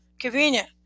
Convenient